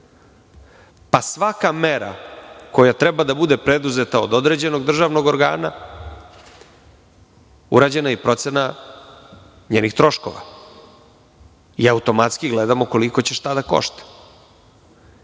pa svaka mera koja treba da bude preduzeta od određenog državnog organa, urađena je i procena njenih troškova. Automatski gledamo koliko će šta da